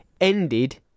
ended